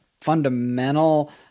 fundamental